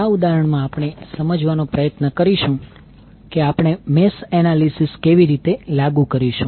આ ઉદાહરણમાં આપણે સમજવાનો પ્રયત્ન કરીશું કે આપણે મેશ એનાલિસિસ કેવી રીતે લાગુ કરીશું